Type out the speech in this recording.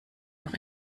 noch